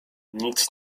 nic